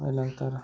ಏನಂತಾರೆ